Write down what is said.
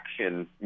action